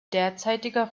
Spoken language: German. derzeitiger